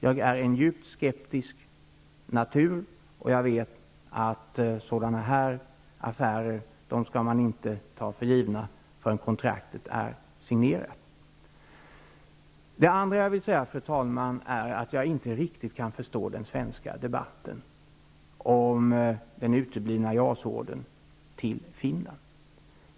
Jag är av en djupt skeptisk natur, och jag vet att sådana affärer inte skall tas för givna förrän kontraktet är signerat. Jag kan inte riktigt förstå den svenska debatten om den uteblivna JAS-ordern till Finland.